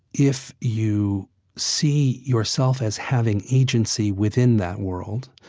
if you see yourself as having agency within that world,